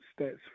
stats